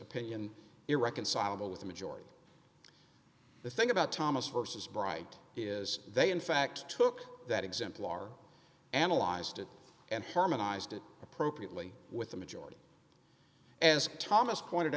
opinion irreconcilable with a majority the thing about thomas versus bright is they in fact took that exemplar analyzed it and harmonized it appropriately with a majority as thomas pointed